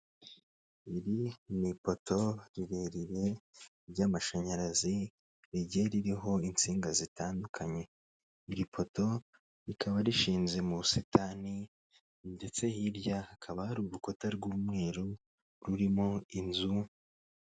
Iri ni ipoto rirerire ry'amashanyarazi rigiye ririho insinga zitandukanye, iri poto rikaba rishinze mu busitani ndetse hirya hakaba hari urukuta rw'umweru rurimo inzu.